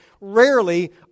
rarely